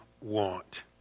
want